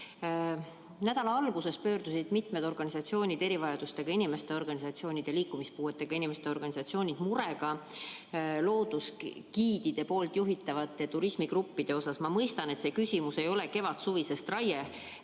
Nädala alguses pöördusid [meie poole] mitmed erivajadustega inimeste organisatsioonid ja liikumispuuetega inimeste organisatsioonid murega loodusgiidide juhitavate turismigruppide pärast. Ma mõistan, et see küsimus ei ole kevadsuvise raie